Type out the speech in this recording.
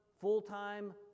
full-time